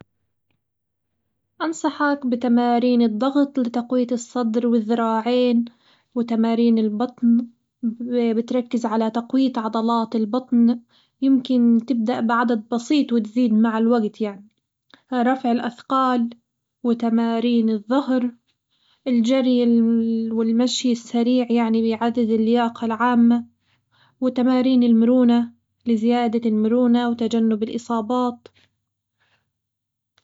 أنصحك بتمارين الضغط لتقوية الصدر والذراعين، وتمارين البطن بتركز على تقوية عضلات البطن ممكن بتبدأ بعدد بسيط وتزيد مع الوجت يعني، رفع الأثقال وتمارين الظهر، الجري والمشي السريع يعني بيعزز اللياقة العامة، وتمارين المرونة لزيادة المرونة وتجنب الإصابات.